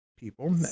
people